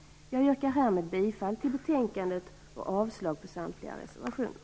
Jag yrkar härmed bifall till betänkandet och avslag på samtliga reservationer.